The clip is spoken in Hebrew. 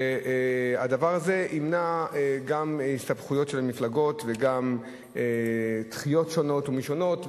הדבר הזה גם ימנע הסתבכויות של מפלגות וגם דחיות שונות ומשונות,